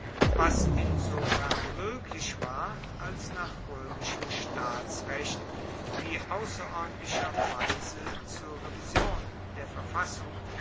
was insofern moeglich war als nach roemischem staatsrecht die ausserordentlicherweise zur revision der verfassung